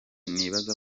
nibaza